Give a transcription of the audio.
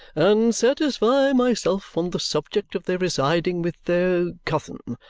and satisfy myself on the subject of their residing with their cousin.